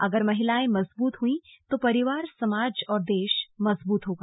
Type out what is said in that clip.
अगर महिलाएं मजबूत हुई तो परिवार समाज और देश मजबूत होगा